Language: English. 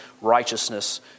righteousness